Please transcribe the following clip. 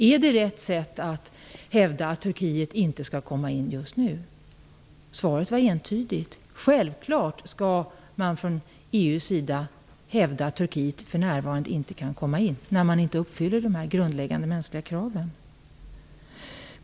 Är det rätt sätt att hävda att Turkiet inte skall komma in just nu? Svaret var entydigt. EU skall självfallet hävda att Turkiet inte kan komma in för närvarande när de inte uppfyller de grundläggande mänskliga kraven.